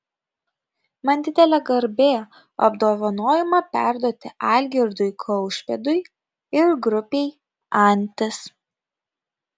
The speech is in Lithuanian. man didelė garbė apdovanojimą perduoti algirdui kaušpėdui ir grupei antis